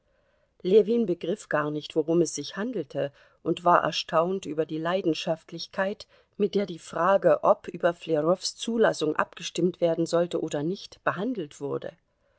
ljewin begriff gar nicht worum es sich handelte und war erstaunt über die leidenschaftlichkeit mit der die frage ob über flerows zulassung abgestimmt werden sollte oder nicht behandelt wurde